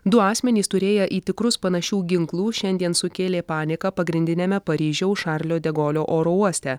du asmenys turėję į tikrus panašių ginklų šiandien sukėlė paniką pagrindiniame paryžiaus šarlio degolio oro uoste